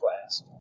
class